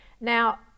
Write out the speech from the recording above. Now